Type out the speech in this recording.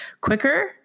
quicker